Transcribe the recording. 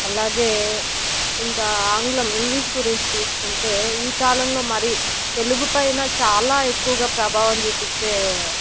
అలాగే ఇంకా ఆంగ్లం ఇంగ్లీష్ గురించి తీసుకుంటే ఈ కాలంలో మరీ తెలుగు పైన చాలా ఎక్కువగా ప్రభావం చూపించే